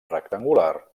rectangular